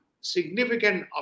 significant